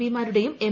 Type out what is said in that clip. P മാരുടേയും M